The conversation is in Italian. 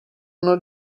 anno